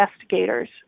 investigators